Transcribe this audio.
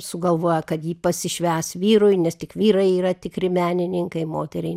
sugalvoja kad ji pasišvęs vyrui nes tik vyrai yra tikri menininkai moteriai